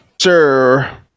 sir